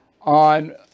on